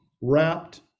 wrapped